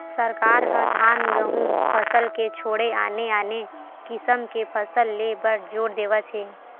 सरकार ह धान, गहूँ फसल के छोड़े आने आने किसम के फसल ले बर जोर देवत हे